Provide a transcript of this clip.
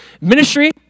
Ministry